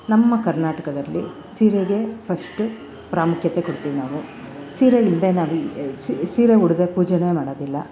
ನಮ್ಮ ಕರ್ನಾಟಕದಲ್ಲಿ ಸೀರೆಗೆ ಫಸ್ಟ್ ಪ್ರಾಮುಖ್ಯತೆ ಕೊಡ್ತೀವಿ ನಾವು ಸೀರೆ ಇಲ್ಲದೆ ನಾವು ಸೀರೆ ಉಡದೆ ಪೂಜೇನೇ ಮಾಡೋದಿಲ್ಲ